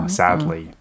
sadly